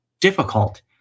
difficult